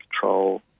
control